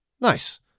nice